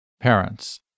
parents